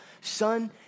son